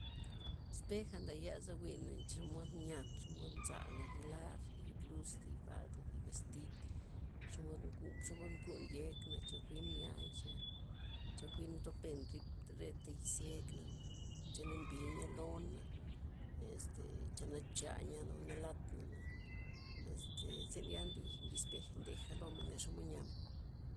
Espeja' ndayaza winn- nchemod nian xomod, xomod nzana tzi nar, tzi blus, tzi falda, tzi vestid, xomod ngu- xomod ngun yekna', cha jwin niay, cha- cha jwin mtopen ripta retha yis izyekna, cha nambi nia lona', este cha nacha nyan o nalatna' este zynia nli espej ndeja lomen xomod nyamen.